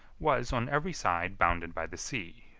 was, on every side, bounded by the sea,